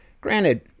Granted